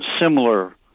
similar